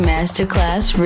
Masterclass